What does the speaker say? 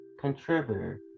Contributor